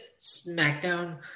SmackDown